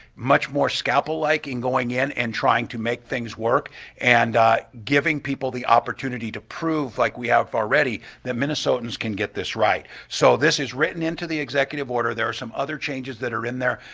much more scalpel-like in going in and trying to make things work and giving people the opportunity to prove, like we have already, that minnesotans can get this right. so this is written into the executive order. there are some other changes that are in there,